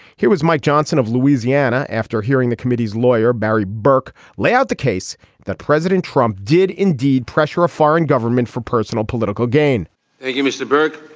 here was mike johnson of louisiana after hearing the committee's lawyer, barry berke, lay out the case that president trump did indeed pressure a foreign government for personal political gain thank you, mr. burke.